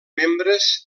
membres